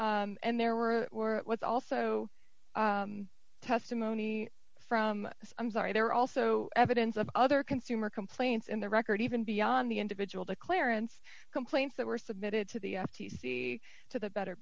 and there were or was also testimony from i'm sorry there are also evidence of other consumer complaints in the record even beyond the individual to clarence complaints that were submitted to the f t c to the better